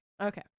Okay